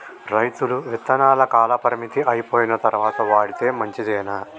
రైతులు విత్తనాల కాలపరిమితి అయిపోయిన తరువాత వాడితే మంచిదేనా?